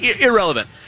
Irrelevant